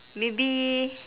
maybe